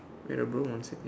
wait ah bro one second